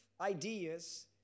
ideas